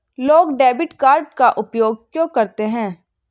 लोग debit card का उपयोग क्यों करते हैं?